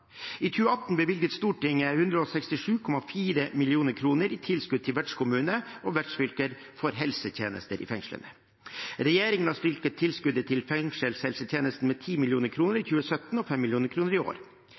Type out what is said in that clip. I 2018 bevilget Stortinget 167,4 mill. kr i tilskudd til vertskommuner og vertsfylker for helsetjenester i fengslene. Regjeringen har styrket tilskuddet til fengselshelsetjenesten med 10 mill. kr i 2017 og 5 mill. kr i år.